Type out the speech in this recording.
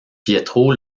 pietro